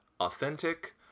authentic